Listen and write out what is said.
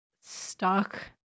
stuck